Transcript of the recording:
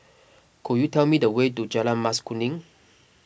could you tell me the way to Jalan Mas Kuning